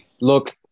Look